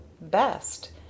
best